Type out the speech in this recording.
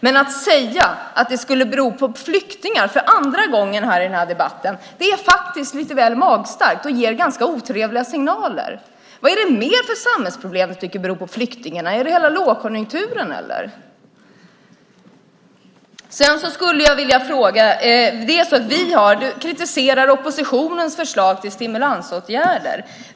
Men att för andra gången här i debatten säga att det skulle bero på flyktingar är lite väl magstarkt och ger ganska otrevliga signaler. Vad är det mer för samhällsproblem ni tycker beror på flyktingarna? Är det hela lågkonjunkturen, eller? Du kritiserar oppositionens förslag till stimulansåtgärder.